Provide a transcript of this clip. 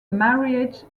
marriage